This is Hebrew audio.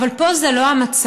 אבל פה זה לא המצב,